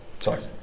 Sorry